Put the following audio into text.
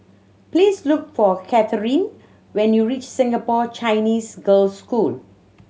please look for Katherin when you reach Singapore Chinese Girls' School